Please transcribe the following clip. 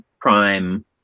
prime